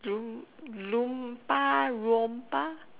loom Loompa-Roompa